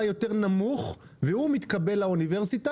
יותר נמוך והוא מתקבל לאוניברסיטה,